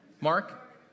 Mark